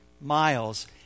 miles